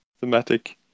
thematic